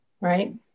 Right